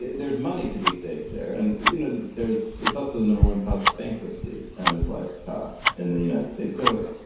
there's money to be saved there and you know there's, it's also the number one cause of bankruptcy, end of list costs in the united states so